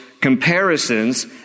comparisons